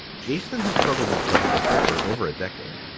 jason has struggled with drug addiction for over a decade,